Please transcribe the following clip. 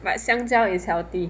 but 香蕉 is healthy